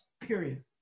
period